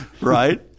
right